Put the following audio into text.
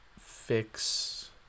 fix